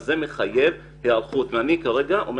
מניין ההרוגים אבל זה מחייב היערכות אבל אני כרגע אומר